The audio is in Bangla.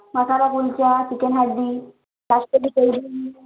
মাশালা কুলচা চিকেন হাড্ডি তার সঙ্গে কোলড্রিঙ্কস নেওয়া যায়